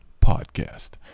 podcast